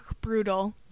brutal